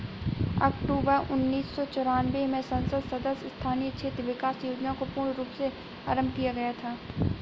अक्टूबर उन्नीस सौ चौरानवे में संसद सदस्य स्थानीय क्षेत्र विकास योजना को पूर्ण रूप से आरम्भ किया गया था